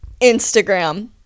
Instagram